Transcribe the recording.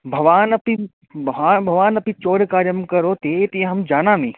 भवानपि महान् भवानपि चोरकार्यं करोतीति अहं जानामि